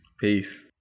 Peace